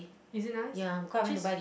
is it nice actually